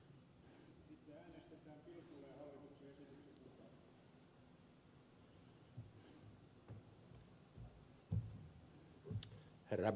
herra puhemies